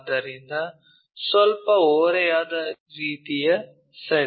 ಆದ್ದರಿಂದ ಸ್ವಲ್ಪ ಓರೆಯಾದ ರೀತಿಯ ಸರಿ